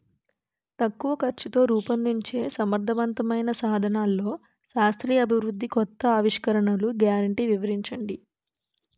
తక్కువ ఖర్చుతో రూపొందించే సమర్థవంతమైన సాధనాల్లో శాస్త్రీయ అభివృద్ధి కొత్త ఆవిష్కరణలు గ్యారంటీ వివరించండి?